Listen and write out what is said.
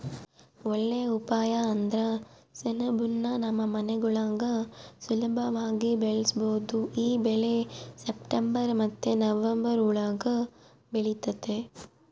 ಒಳ್ಳೇ ಉಪಾಯ ಅಂದ್ರ ಸೆಣಬುನ್ನ ನಮ್ ಮನೆಗುಳಾಗ ಸುಲುಭವಾಗಿ ಬೆಳುಸ್ಬೋದು ಈ ಬೆಳೆ ಸೆಪ್ಟೆಂಬರ್ ಮತ್ತೆ ನವಂಬರ್ ಒಳುಗ ಬೆಳಿತತೆ